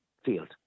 field